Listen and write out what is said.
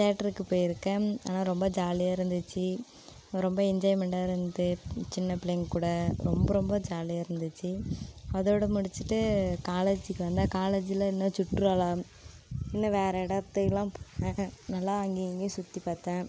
தேட்டருக்கு போயிருக்கேன் ஆனால் ரொம்ப ஜாலியாக இருந்துச்சு ரொம்ப என்ஜாய்மென்டாக இருந்தது சின்ன பிள்ளைங்கள் கூட ரொம்ப ரொம்ப ஜாலியாக இருந்துச்சு அதோட முடிச்சுட்டு காலேஜிக்கு வந்தால் காலேஜில் இந்த சுற்றுலா இன்னும் வேறு இடத்தையெல்லாம் நல்லா அங்கேயும் இங்கேயும் சுற்றி பார்த்தேன்